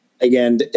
Again